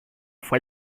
fois